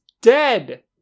dead